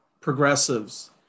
progressives